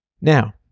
Now